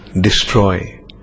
destroy